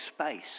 space